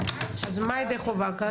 אז מה ידי חובה כאן?